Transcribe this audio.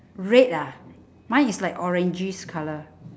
red ah mine is like orangey colour